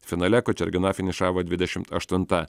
finale končergina finišavo dvidešimt aštunta